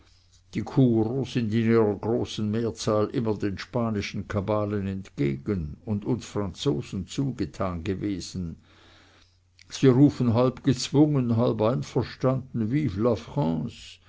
die churer sind in ihrer großen mehrzahl immer den spanischen kabalen entgegen und uns franzosen zugetan gewesen sie rufen halb gezwungen halb einverstanden vive la